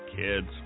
Kids